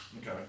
Okay